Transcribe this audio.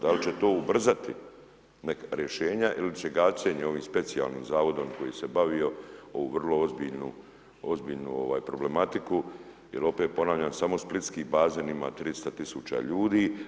Da li će to ubrzati rješenja ili će … ovim specijalnim zavodom koji se bavio ovu vrlo ozbiljnu problematiku, jer opet ponavljam samo splitski bazen ima 300 tisuća ljudi?